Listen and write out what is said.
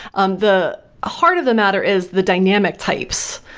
um the heart of the matter is the dynamic types.